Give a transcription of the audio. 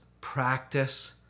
practice